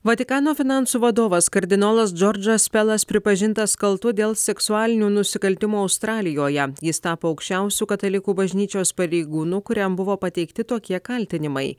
vatikano finansų vadovas kardinolas džordžas pelas pripažintas kaltu dėl seksualinių nusikaltimų australijoje jis tapo aukščiausiu katalikų bažnyčios pareigūnu kuriam buvo pateikti tokie kaltinimai